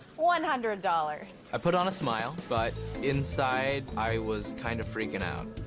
one hundred dollars. i put on a smile, but inside, i was kind of freaking out.